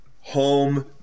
home